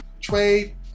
trade